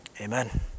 Amen